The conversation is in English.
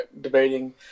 debating